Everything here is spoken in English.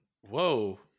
Whoa